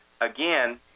again